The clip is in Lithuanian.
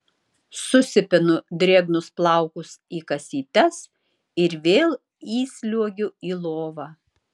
susipinu drėgnus plaukus į kasytes ir vėl įsliuogiu į lovą